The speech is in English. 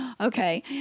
okay